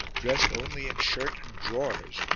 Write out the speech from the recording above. dressed only in shirt and drawers,